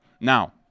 now